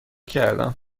کردم